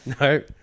No